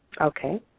Okay